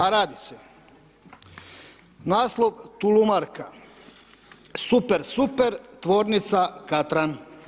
A radi se, naslov: „Tulumarka Super, super tvornica Katran“